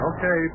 Okay